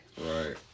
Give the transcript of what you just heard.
Right